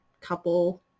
couple